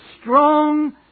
strong